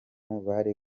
bari